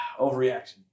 Overreaction